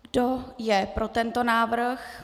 Kdo je pro tento návrh?